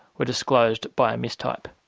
were disclosed by a mistype.